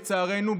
לצערנו,